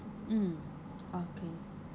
mm okay